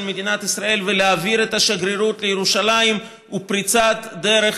מדינת ישראל ולהעביר את השגרירות לירושלים היא פריצת דרך